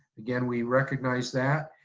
again, we recognize that.